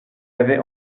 avait